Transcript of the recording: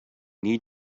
need